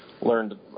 learned